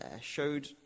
showed